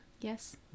Yes